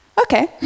okay